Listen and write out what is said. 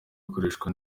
gukoreshwa